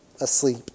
asleep